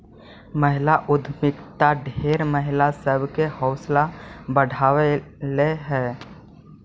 महिला उद्यमिता ढेर महिला सब के हौसला बढ़यलई हे